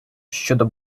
щодо